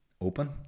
open